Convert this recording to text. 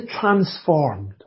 transformed